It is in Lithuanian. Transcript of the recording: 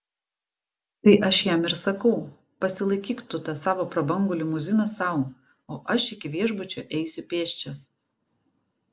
tai aš jam ir sakau pasilaikyk tu tą savo prabangu limuziną sau o aš iki viešbučio eisiu pėsčias